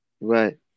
Right